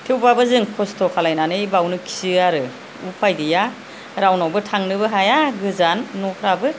थेवबाबो जों खस्थ' खालायनानै बावनो खियो आरो उफाय गैया रावनावबो थांनोबो हाया गोजान न'फ्राबो